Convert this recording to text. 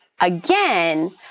again